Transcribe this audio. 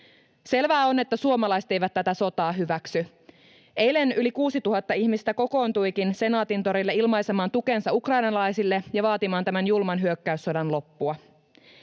Selvää on, että suomalaiset eivät tätä sotaa hyväksy. Eilen yli 6 000 ihmistä kokoontuikin Senaatintorille ilmaisemaan tukensa ukrainalaisille ja vaatimaan tämän julman hyökkäyssodan loppua.